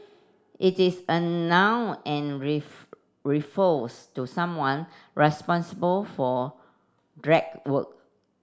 it is a noun and refers to someone responsible for work